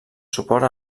suport